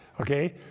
Okay